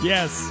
Yes